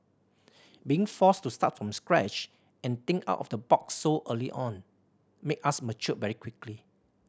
being forced to start from scratch and think out of the box so early on made us mature very quickly